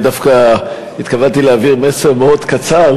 אני דווקא התכוונתי להעביר מסר מאוד קצר,